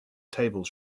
tables